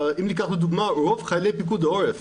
אם ניקח לדוגמה, רוב חיילי פיקוד העורף